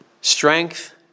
Strength